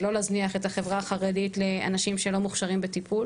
כאילו החברה החרדית לא צריכה אנשי מקצוע לריפוי